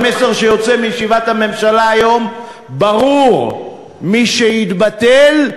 המסר שיוצא מישיבת הממשלה היום ברור: מי שיתבטל,